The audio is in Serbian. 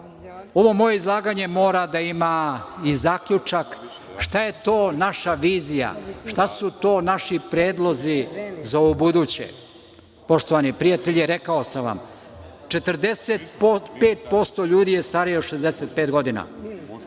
moje izlaganje mora da ima i zaključak, šta je to naša vizija, šta su to naši predlozi za ubuduće. Poštovani prijatelji, rekao sam vam, 45% ljudi je starije od 65 godina.